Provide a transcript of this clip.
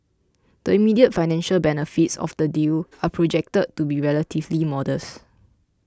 the immediate financial benefits of the deal are projected to be relatively modest